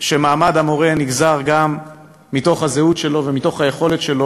שמעמד המורה נגזר גם מתוך הזהות שלו